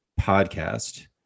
podcast